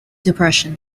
depression